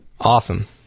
Awesome